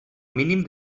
mínim